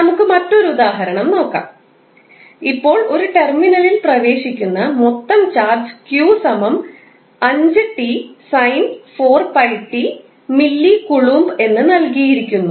നമുക്ക് മറ്റൊരു ഉദാഹരണം നോക്കാം ഇപ്പോൾ ഒരു ടെർമിനലിൽ പ്രവേശിക്കുന്ന മൊത്തം ചാർജ് q5𝑡 sin 4𝜋𝑡 mC എന്ന് നൽകിയിരിക്കുന്നു